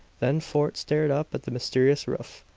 then fort stared up at the mysterious roof.